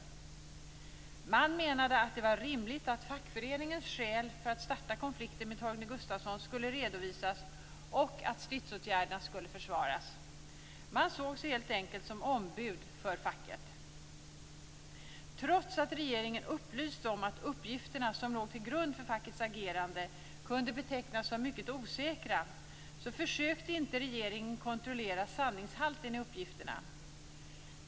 Man menade att det var rimligt att fackföreningens skäl för att starta konflikten med Torgny Gustafsson skulle redovisas och att stridsåtgärderna skulle försvaras. Man såg sig helt enkelt som ombud för facket. Trots att regeringen upplyste om att de uppgifter som låg till grund för fackets agerande kunde betecknas som mycket osäkra försökte inte regeringen kontrollera sanningshalten i uppgifterna.